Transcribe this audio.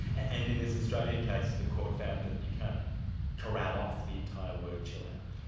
and in this australian case the court found that you can't corral off the entire word chill out.